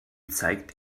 zeigt